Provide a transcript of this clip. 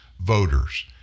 voters